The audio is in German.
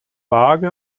waage